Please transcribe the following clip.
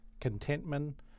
contentment